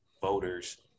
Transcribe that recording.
voters